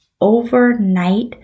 overnight